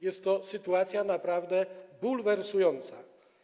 Jest to sytuacja naprawdę bulwersująca.